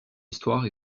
histoire